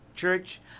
Church